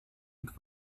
und